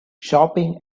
shopping